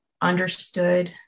understood